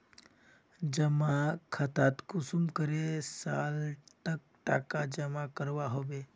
जमा खातात कुंसम करे साल तक टका जमा करवा होबे?